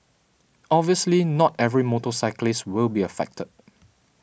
obviously not every motorcyclist will be affected